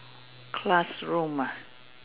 classroom ah